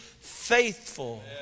faithful